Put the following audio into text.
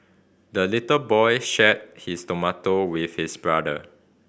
the little boy shared his tomato with his brother